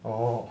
orh